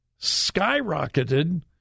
skyrocketed